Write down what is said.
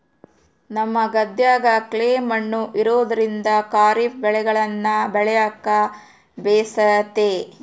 ನಮ್ಮ ಗದ್ದೆಗ ಕ್ಲೇ ಮಣ್ಣು ಇರೋದ್ರಿಂದ ಖಾರಿಫ್ ಬೆಳೆಗಳನ್ನ ಬೆಳೆಕ ಬೇಸತೆ